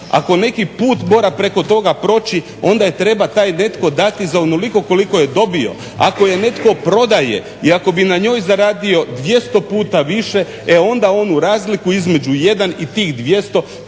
Ako neki put mora preko toga proći onda je treba taj netko dati za onoliko koliko je dobio. Ako je netko prodaje i ako bi na njoj zaradio 200 puta više e onda onu razliku između jedan i tih 200